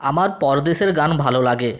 আমার পরদেশের গান ভালো লাগে